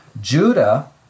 Judah